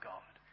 God